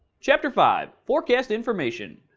chapter five forecast information,